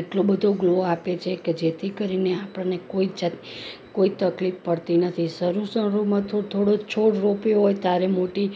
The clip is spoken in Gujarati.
એટલો બધો ગ્લો આપે છે કે જેથી કરીને આપણને કોઈ જ જાતની કોઈ તકલીફ પડતી નથી શરુ શરુમાં તો થોડો છોડ રોપ્યો હોય ત્યારે મોટી